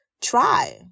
try